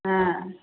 हँ